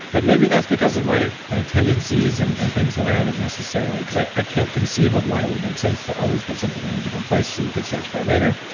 but maybe that's because of my my tendencies and and things that i haven't necessarily. because i i can't conceive of why would it make sense to always put something in a different place so you could search for it later,